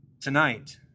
Tonight